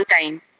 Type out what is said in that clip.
time